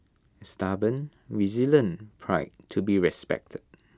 A stubborn resilient pride to be respected